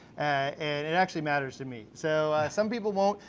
and it actually matters to me. so some people won't.